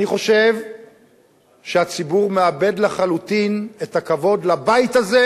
אני חושב שהציבור מאבד לחלוטין את הכבוד לבית הזה,